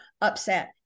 upset